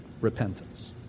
repentance